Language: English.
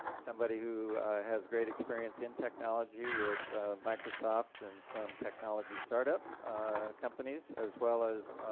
somebody who has great experience in technology with microsoft and some technology start up companies as well as